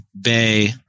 Bay